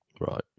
Right